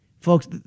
folks